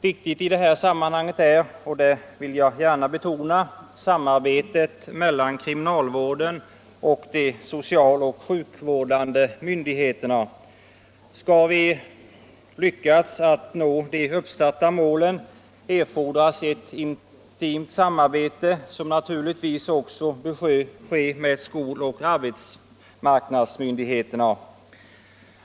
Viktigt i det här sammanhanget är, det vill jag gärna betona, samarbetet mellan kriminalvården och de socialoch sjukvårdande myndigheterna. Skall vi lyckas nå de uppsatta målen erfordras ett intimt samarbete, som naturligtvis också bör ske med skoloch arbetsmarknadsmyndigheterna.